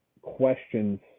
questions